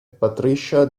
patricia